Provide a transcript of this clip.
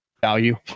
value